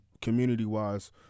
community-wise